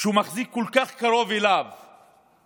שהוא מחזיק כל כך קרוב אליו בליכוד,